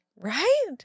Right